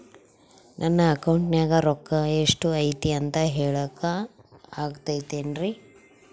ನನ್ನ ಅಕೌಂಟಿನ್ಯಾಗ ರೊಕ್ಕ ಎಷ್ಟು ಐತಿ ಅಂತ ಹೇಳಕ ಆಗುತ್ತೆನ್ರಿ?